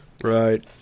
Right